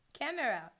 camera